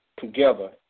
together